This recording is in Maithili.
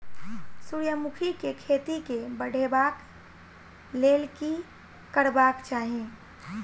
सूर्यमुखी केँ खेती केँ बढ़ेबाक लेल की करबाक चाहि?